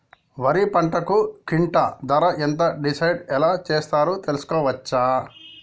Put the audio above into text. వరి పంటకు క్వింటా ధర ఎంత డిసైడ్ ఎలా చేశారు తెలుసుకోవచ్చా?